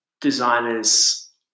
designers